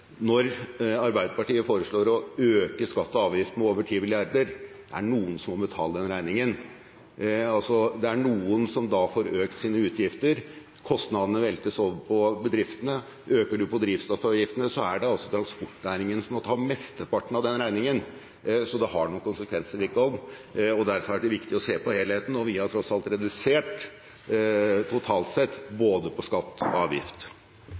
når Arbeiderpartiet foreslår å øke skatter og avgifter med over 10 mrd. kr, er det noen som betaler den regningen. Det er noen som da får økt sine utgifter. Kostnadene veltes over på bedriftene. Øker man drivstoffavgiftene, er det transportnæringen som må ta mesteparten av den regningen, så det har noen konsekvenser. Derfor er det viktig å se på helheten, og vi har tross alt redusert, totalt sett, både på skatter og